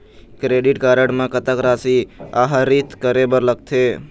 Credit card म कतक राशि आहरित करे बर लगथे?